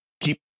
keep